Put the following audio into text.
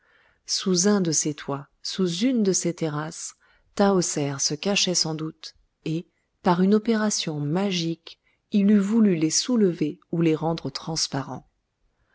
sous un de ces toits sous une de ces terrasses tahoser se cachait sans doute et par une opération magique il eût voulu les soulever où les rendre transparents